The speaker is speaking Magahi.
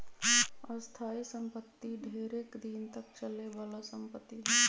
स्थाइ सम्पति ढेरेक दिन तक चले बला संपत्ति हइ